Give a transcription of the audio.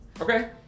Okay